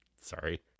Sorry